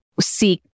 seek